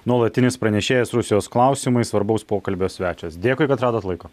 nuolatinis pranešėjas rusijos klausimais svarbaus pokalbio svečias dėkui kad radot laiko